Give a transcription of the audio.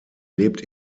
lebt